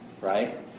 right